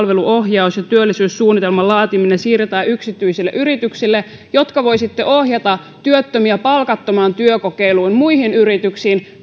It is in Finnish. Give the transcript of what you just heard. ja työllisyyssuunnitelman laatiminen siirretään yksityisille yrityksille jotka voivat sitten ohjata työttömiä palkattomaan työkokeiluun muihin yrityksiin